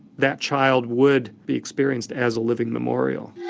that child would be experienced as a living memorial.